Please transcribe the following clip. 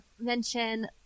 mention